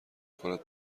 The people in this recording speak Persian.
کند